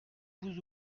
vous